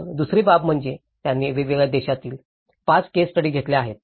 मग दुसरी बाब म्हणजे त्यांनी वेगवेगळ्या देशांतील 5 केस स्टडी घेतल्या आहेत